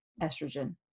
estrogen